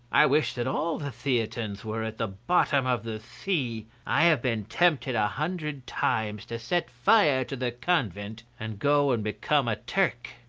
i wish that all the theatins were at the bottom of the sea. i have been tempted a hundred times to set fire to the convent, and go and become a turk.